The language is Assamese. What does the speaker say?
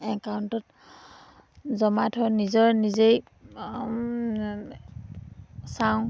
একাউণ্টত জমা থৈ নিজৰ নিজেই চাওঁ